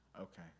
Okay